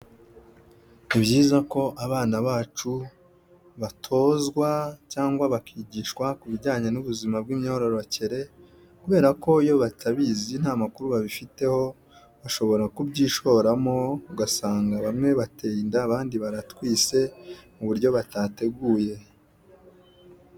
Ni byiza ko abana bacu batozwa cyangwa bakigishwa ku bijyanye n'ubuzima bw'imyororokere, kubera ko iyo batabizi nta makuru babifiteho, bashobora kubyishoramo ugasanga bamwe bateye inda, abandi baratwise mu buryo batateguye.